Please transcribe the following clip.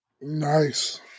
Nice